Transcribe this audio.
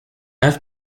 have